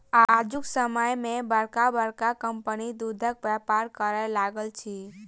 आजुक समय मे बड़का बड़का कम्पनी दूधक व्यापार करय लागल अछि